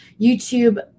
YouTube